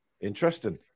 Interesting